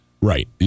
Right